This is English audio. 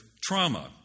trauma